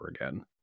again